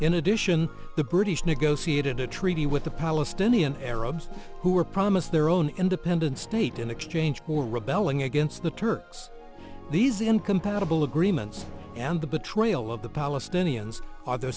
in addition the british negotiated a treaty with the palestinian arabs who were promised their own independent state in exchange for rebelling against the turks these incompatible agreements and the betrayal of the palestinians